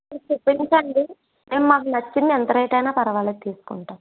చూపించండి మేము మాకు నచ్చింది ఎంత రేటు అయినా పర్వాలేదు తీసుకుంటాం